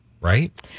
right